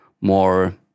more